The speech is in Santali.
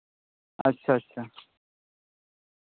ᱟᱪᱪᱷᱟ ᱟᱪᱪᱷᱟ